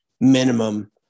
minimum